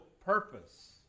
purpose